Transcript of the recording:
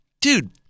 dude